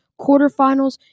Quarterfinals